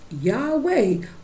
Yahweh